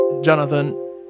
Jonathan